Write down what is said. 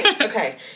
Okay